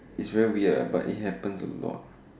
is very weird lah but it happens a lot